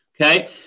Okay